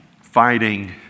fighting